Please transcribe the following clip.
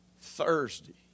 Thursday